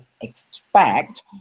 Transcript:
expect